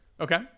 okay